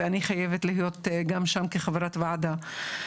ואני חייבת להיות גם שם כחברת ועדה.